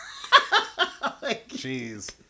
Jeez